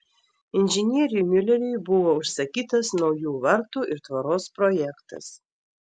inžinieriui miuleriui buvo užsakytas naujų vartų ir tvoros projektas